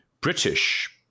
British